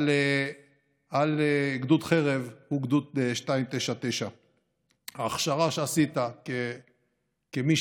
על גדוד חרב וגדוד 299. ההכשרה שעשית כמי